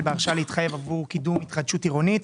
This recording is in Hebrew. בהרשאה להתחייב עבור קידום התחדשות עירונית.